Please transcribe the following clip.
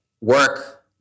work